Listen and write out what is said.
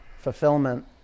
fulfillment